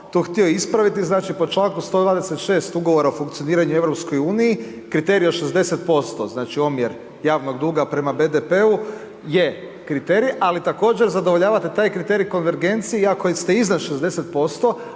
samo tu htio ispraviti. Znači po članku 126. Ugovora o funkcioniranju u EU kriterij od 60%, znači omjer javnog duga prema BDP-u je kriterij, ali također zadovoljavate taj kriterij konvergencije iako ste iznad 60%,